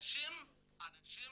מזמינים אנשים